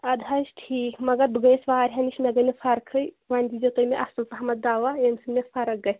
اَدٕ حظ ٹھیٖک مگر بہٕ گٔیس واریاہن نِش مےٚ گٔے نہٕ فرقٕے ووٚنۍ دیِٖزیو تُہۍ مےٚ اصل پَہمت دوا یمہِ سۭتۍ مےٚ فرق گَژھہِ